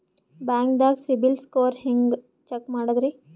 ಬ್ಯಾಂಕ್ದಾಗ ಸಿಬಿಲ್ ಸ್ಕೋರ್ ಹೆಂಗ್ ಚೆಕ್ ಮಾಡದ್ರಿ?